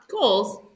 Goals